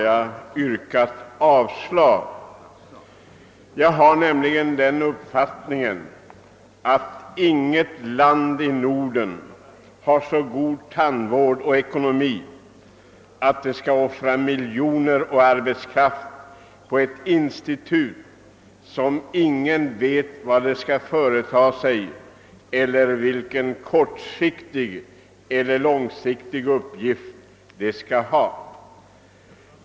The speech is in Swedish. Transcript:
Jag har nämligen den uppfattningen, att inget land i Norden har så god tandvård och en så god ekonomi, att det kan offra pengar och arbetskraft på ett institut om vilket ingen vet vad det skall företa sig eller vilken uppgift det skall ha på kort eller lång sikt.